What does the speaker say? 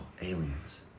aliens